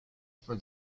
for